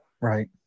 Right